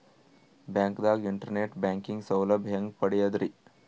ಬ್ಯಾಂಕ್ದಾಗ internet banking ಸೌಲಭ್ಯ ಹೆಂಗ್ ಪಡಿಯದ್ರಿ?